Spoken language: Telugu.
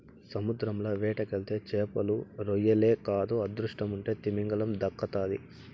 సముద్రంల వేటకెళ్తే చేపలు, రొయ్యలే కాదు అదృష్టముంటే తిమింగలం దక్కతాది